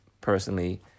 personally